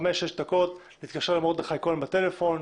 נתקשר למרדכי בטלפון,